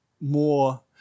more